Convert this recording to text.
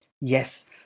Yes